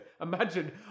Imagine